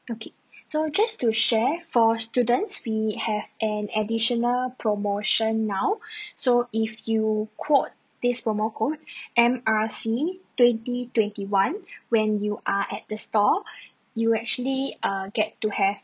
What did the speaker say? okay so just to share for students we have an additional promotion now so if you quote this promo code M R C twenty twenty one when you are at the store you will actually uh get to have